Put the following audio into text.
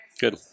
Good